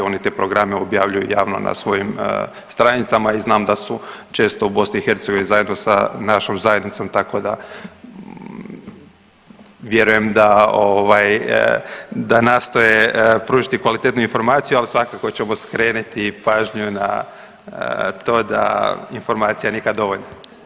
Oni te programe objavljuju javno na svojim stranicama i znam da su često u BiH zajedno sa našom zajednicom tako da vjerujem da ovaj da nastoje pružiti kvalitetnu informaciju, ali svakako ćemo skreniti pažnju na to da informacija nikad dovoljno.